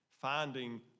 finding